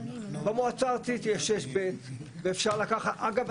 במועצה הארצית אגב,